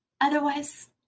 otherwise